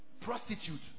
Prostitute